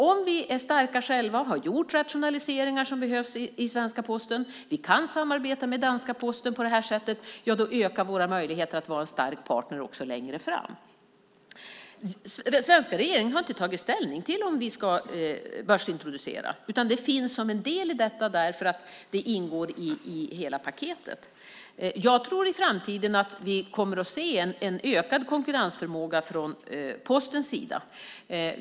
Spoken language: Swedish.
Om vi är starka själva, har gjort de rationaliseringar som behövs i svenska Posten och kan samarbeta med danska Posten på det här sättet, då ökar våra möjligheter att vara en stark partner också längre fram. Den svenska regeringen har inte tagit ställning till en börsintroduktion, utan det finns som en del i hela paketet. Jag tror att vi i framtiden kommer att se en ökad konkurrensförmåga från Postens sida.